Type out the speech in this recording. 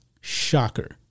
Shocker